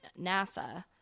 NASA